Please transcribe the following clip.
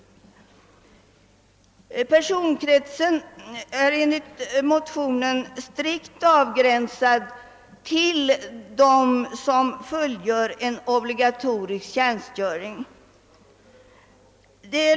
Personkretsen är enligt propositionen strikt avgränsad till dem som fullgör en obligatorisk tjänstgöring.